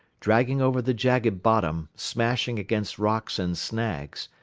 dragging over the jagged bottom, smashing against rocks and snags,